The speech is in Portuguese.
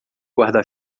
guarda